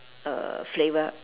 uh flavour